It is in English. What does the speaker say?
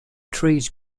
trees